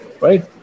right